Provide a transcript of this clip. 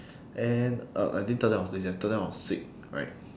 and uh I didn't tell them I was lazy I told them I was sick right